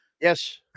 yes